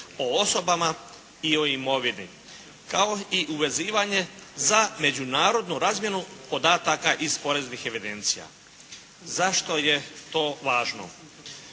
o osobama i o imovini, kao i uvezivanje za međunarodnu razmjenu podataka iz poreznih evidencija. Zašto je to važno?